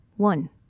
one